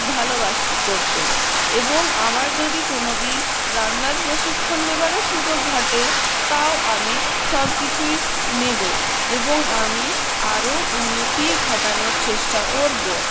ভালোবাসি করতে এবং আমার যদি কোনোদিন রান্নার প্রশিক্ষণ নেবারও সুযোগ ঘটে তাও আমি সবকিছুই নেবো এবং আমি আরো উন্নতি ঘটানোর চেষ্টা করবো